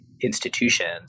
institutions